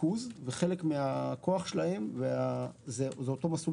וחלק מהכוח של פרויקטים של ניקוז זה אותו מסלול